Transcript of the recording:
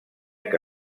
que